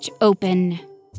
open